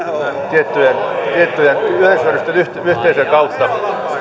tiettyjen yleishyödyllisten yhteisöjen kautta